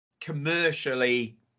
commercially